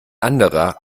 anderer